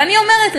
ואני אומרת,